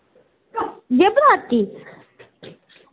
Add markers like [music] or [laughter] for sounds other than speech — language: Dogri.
[unintelligible]